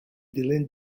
dilyn